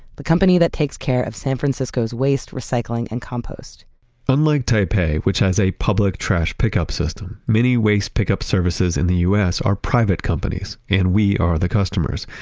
the company that takes care of san francisco's waste, recycling and compost unlike taipei, which has a public trash pickup system, many waste pickup services in the us are private companies and we are the customers.